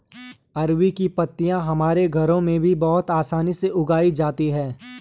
अरबी की पत्तियां हमारे घरों में भी आसानी से उगाई जाती हैं